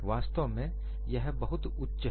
वास्तव में यह बहुत उच्च है